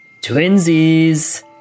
Twinsies